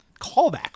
callback